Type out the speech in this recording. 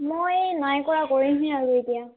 মই নাই কৰা কৰিমহে আৰু এতিয়া